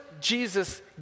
Jesus